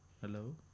Hello